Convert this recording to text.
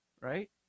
right